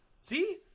See